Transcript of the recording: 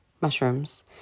mushrooms